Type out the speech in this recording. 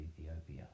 Ethiopia